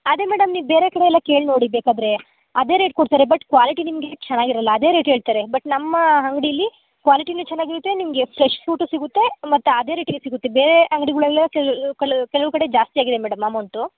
ಅದೇ ಮೇಡಮ್ ನೀವು ಬೇರೆ ಕಡೆ ಎಲ್ಲ ಕೇಳಿ ನೋಡಿ ಬೇಕಾದರೆ ಅದೇ ರೇಟ್ ಕೊಡ್ತಾರೆ ಬಟ್ ಕ್ವಾಲಿಟಿ ನಿಮಗೆ ಚೆನ್ನಾಗಿರಲ್ಲ ಅದೇ ರೇಟ್ ಹೇಳ್ತಾರೆ ಬಟ್ ನಮ್ಮ ಅಂಗಡೀಲಿ ಕ್ವಾಲಿಟೀನು ಚೆನ್ನಾಗಿರ್ತೆ ನಿಮಗೆ ಫ್ರೆಶ್ ಫ್ರೂಟು ಸಿಗುತ್ತೆ ಮತ್ತು ಅದೇ ರೇಟಿಗೆ ಸಿಗುತ್ತೆ ಬೇರೆ ಅಂಗ್ಡಿಗಳೆಲ್ಲ ಕೆಲವು ಕಡೆ ಜಾಸ್ತಿ ಆಗಿದೆ ಮೇಡಮ್ ಅಮೌಂಟು